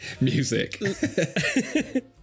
Music